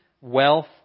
wealth